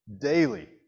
Daily